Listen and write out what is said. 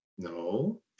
No